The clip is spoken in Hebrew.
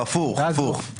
הפוך.